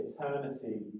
eternity